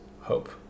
hope